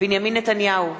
בנימין נתניהו,